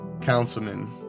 Councilman